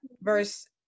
verse